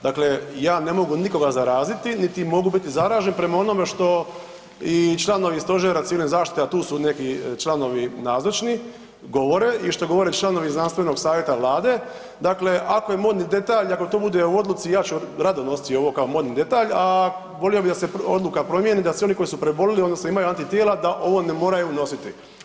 Dakle, ja ne mogu nikoga zaraziti niti mogu biti zaražen prema onome što i članovi Stožera civilne zaštite, a tu su neki članovi nazočni govore i što govore članovi znanstvenog savjeta Vlade, dakle ako je modni detalj i ako to bude u odluci ja ću rado nositi ovo kao modni detalj, a volio bi da se odluka promijeni da svi oni koji su prebolili odnosno imaju antitijela da ovo ne moraju nositi.